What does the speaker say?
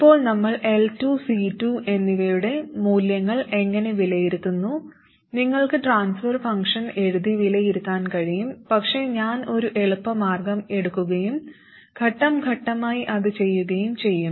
ഇപ്പോൾ നമ്മൾ L2 C2 എന്നിവയുടെ മൂല്യങ്ങൾ എങ്ങനെ വിലയിരുത്തുന്നു നിങ്ങൾക്ക് ട്രാൻസ്ഫർ ഫംഗ്ഷൻ എഴുതി വിലയിരുത്താൻ കഴിയും പക്ഷേ ഞാൻ ഒരു എളുപ്പമാർഗ്ഗം എടുക്കുകയും ഘട്ടം ഘട്ടമായി അത് ചെയ്യുകയും ചെയ്യും